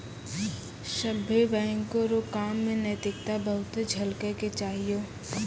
सभ्भे बैंक रो काम मे नैतिकता बहुते झलकै के चाहियो